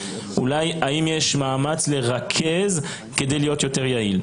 האם יש מאמץ לרכז את זה כדי להיות יותר יעילים?